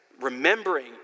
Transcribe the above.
remembering